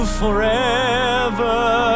forever